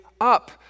up